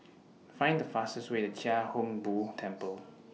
Find The fastest Way to Chia Hung Boo Temple